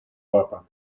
папа